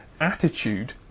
attitude